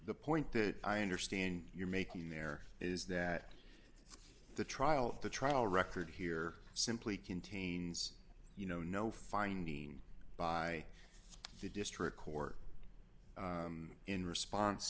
the point that i understand you're making there is that the trial of the trial record here simply contains you know no finding by the district court in response